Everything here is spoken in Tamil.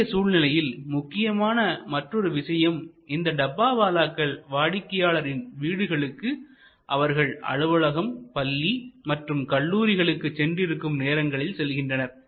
இன்றைய சூழ்நிலையில் முக்கியமான மற்றொரு விஷயம் இந்த டப்பாவாலாக்கள் வாடிக்கையாளரின் வீடுகளுக்கு அவர்கள் அலுவலகம் பள்ளி மற்றும் கல்லூரிகளுக்கு சென்று இருக்கும் நேரங்களில் செல்கின்றனர்